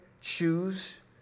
choose